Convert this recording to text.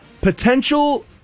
potential